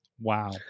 Wow